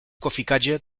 kofikadzie